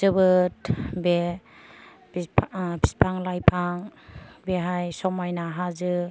जोबोद बे बि ओह फिफां लाइफां बेहाय समायना हाजो